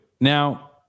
now